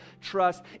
trust